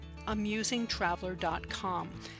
AmusingTraveler.com